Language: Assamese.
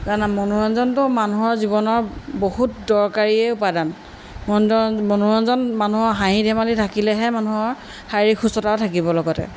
কাৰণ মনোৰঞ্জনটো মানুহৰ জীৱনৰ বহুত দৰকাৰীয়ে উপাদান মনো মনোৰঞ্জন মানুহৰ হাঁহি ধেমালি থাকিলেহে মানুহৰ শাৰীৰিক সুস্থতা থাকিব লগতে